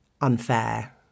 unfair